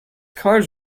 cars